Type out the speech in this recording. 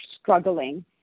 struggling